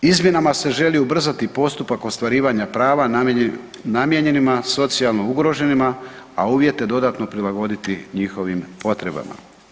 Izmjenama se želi ubrzati postupak ostvarivanja prava namijenjenima socijalno ugroženima a uvjete dodatno prilagoditi njihovim potrebama.